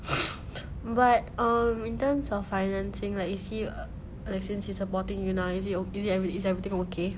but um in terms of financing like is he a~ like since he's supporting you now is it oka~ is it ev~ is everything okay